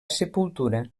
sepultura